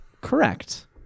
Correct